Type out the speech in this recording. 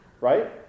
right